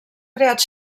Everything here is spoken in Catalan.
creat